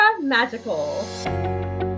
magical